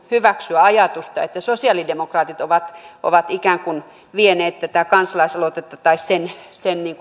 hyväksyä ajatusta että sosiaalidemokraatit ovat ovat ikään kuin vieneet tätä kansalaisaloitetta tai sen sen